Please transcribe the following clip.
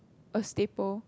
a staple